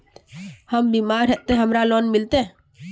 हम बीमार है ते हमरा लोन मिलते?